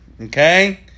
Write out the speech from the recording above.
okay